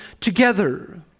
together